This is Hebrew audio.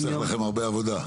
זה חוסך לכם הרבה עבודה.